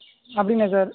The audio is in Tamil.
அப்படிங்களா சார்